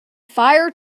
fire